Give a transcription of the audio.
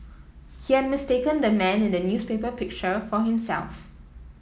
he had mistaken the man in the newspaper picture for himself